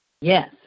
Yes